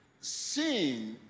Seeing